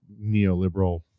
neoliberal